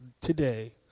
today